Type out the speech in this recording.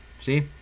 See